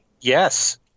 yes